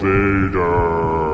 Vader